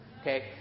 Okay